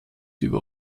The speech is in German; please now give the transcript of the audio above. über